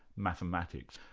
mathematics?